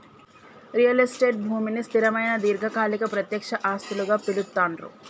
real estate భూమిని స్థిరమైన దీర్ఘకాలిక ప్రత్యక్ష ఆస్తులుగా పిలుత్తాండ్లు